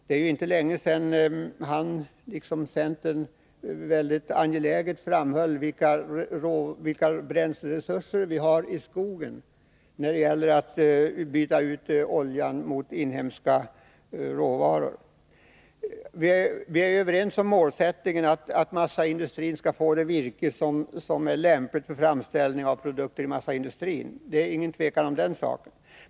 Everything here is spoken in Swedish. Det är inte länge sedan han liksom centern med skärpa framhöll vilka bränsleresurser vi har i skogen när det gäller att byta ut oljan mot inhemska råvaror. Vi är överens om målsättningen, att massaindustrin skall få det virke som är lämpligt för framställning av produkter i massaindustrin. Det är inget tvivel om det.